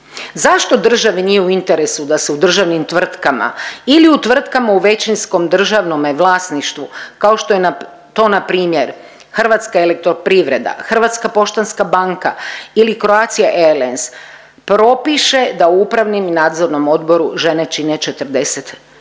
Zašto državi nije u interesu da se u državnim tvrtkama ili u tvrtkama u većinskom državnome vlasništvu kao što je to na primjer Hrvatska elektroprivreda, Hrvatska poštanska banka ili Croatia airlines propiše da u upravnom i nadzornom odboru žene čine 40%